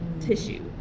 tissue